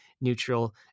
neutral